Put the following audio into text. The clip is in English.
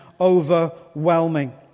overwhelming